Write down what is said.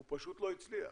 הוא פשוט לא הצליח.